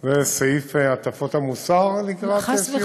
זה סעיף הטפות המוסר לקראת סיום?